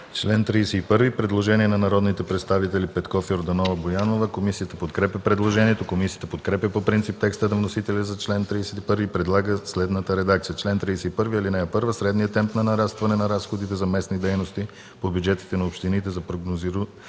чл. 31 – предложение на народните представители Петков, Йорданова и Боянова. Комисията подкрепя предложението. Комисията подкрепя по принцип текста на вносителя за чл. 31 и предлага следната редакция: „Чл. 31. (1) Средният темп на нарастване на разходите за местни дейности по бюджетите на общините за прогнозирания